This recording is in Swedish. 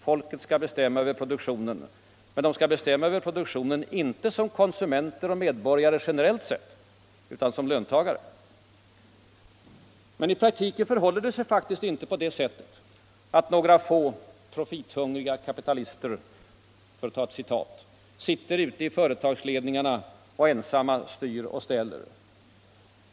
”Folket skall bestämma över produktionen” men inte som konsumenter och medborgare generellt sett, utan som löntagare. I praktiken förhåller det sig faktiskt inte på det sättet att några få ”profithungriga kapitalister” sitter ute i företagsledningarna och ensamma styr och ställer.